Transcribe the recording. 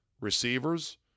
receivers